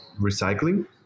recycling